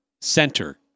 center